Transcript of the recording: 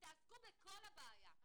תעסקו בכל הבעיה.